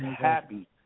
happy